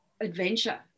adventure